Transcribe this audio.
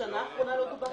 בשנה אחרונה לא דובר